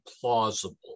plausible